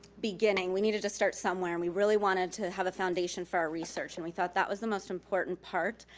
beginning, we needed to start somewhere and we really wanted to have a foundation for our research, and we thought that was the most important part.